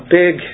big